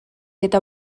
eta